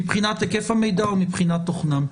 מבחינת היקף המידע ומבחינת תוכנם.